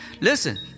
listen